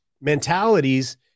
mentalities